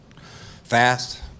fast